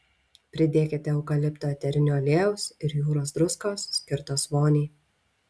pridėkite eukalipto eterinio aliejaus ir jūros druskos skirtos voniai